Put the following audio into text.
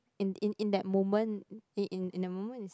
in in that moment in in the moment is